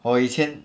我以前